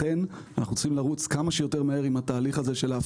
לכן אנחנו צריכים לרוץ כמה שיותר מהר עם התהליך הזה של ההפרטה.